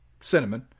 cinnamon